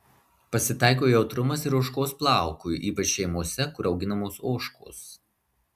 pasitaiko jautrumas ir ožkos plaukui ypač šeimose kur auginamos ožkos